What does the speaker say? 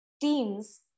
teams